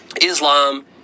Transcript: Islam